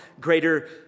greater